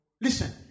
listen